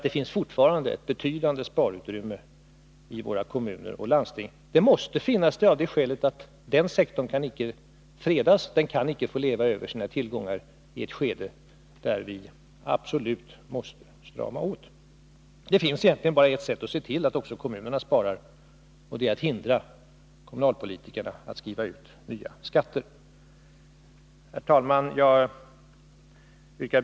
Det finns fortfarande ett betydande sparutrymme i våra kommuner och landsting. Det måste finnas ett sådant utrymme av det skälet att inte heller den sektorn kan fredas. Den kan inte få leva över sina tillgångar i ett skede, där vi absolut måste strama åt. Det finns egentligen bara ett sätt att se till att också kommunerna sparar: man måste hindra kommunalpolitikerna att skriva ut nya skatter. Herr talman!